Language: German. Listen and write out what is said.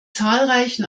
zahlreichen